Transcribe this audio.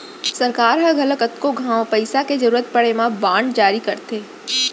सरकार ह घलौ कतको घांव पइसा के जरूरत परे म बांड जारी करथे